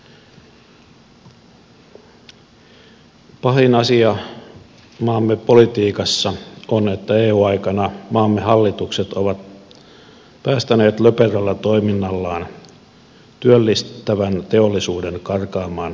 pahin asia maamme politiikassa on että eu aikana maamme hallitukset ovat päästäneet löperöllä toiminnallaan työllistävän teollisuuden karkaamaan maastamme